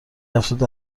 افزود